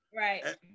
right